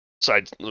side